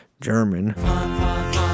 German